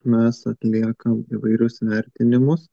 mes atliekam įvairius vertinimus